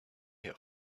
here